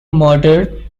murdered